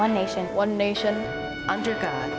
the nation one nation under god